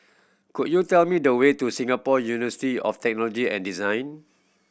could you tell me the way to Singapore University of Technology and Design